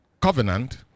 Covenant